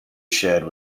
shed